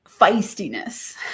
feistiness